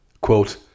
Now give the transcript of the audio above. Quote